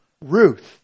Ruth